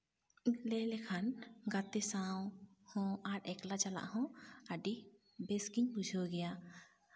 ᱩᱵ ᱞᱟᱹᱭ ᱞᱮᱠᱷᱟᱱ ᱜᱟᱛᱮ ᱥᱟᱶ ᱦᱚᱸ ᱟᱨ ᱮᱠᱞᱟ ᱪᱟᱞᱟᱜ ᱦᱚᱸ ᱟᱹᱰᱤ ᱵᱮᱥ ᱜᱮᱧ ᱵᱩᱡᱷᱟᱹᱣ ᱜᱮᱭᱟ